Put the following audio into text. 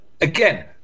again